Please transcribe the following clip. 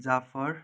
Jafar